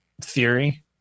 theory